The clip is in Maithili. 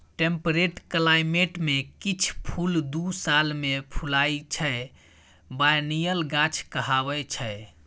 टेम्परेट क्लाइमेट मे किछ फुल दु साल मे फुलाइ छै बायनियल गाछ कहाबै छै